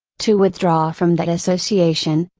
to withdraw from that association,